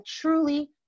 truly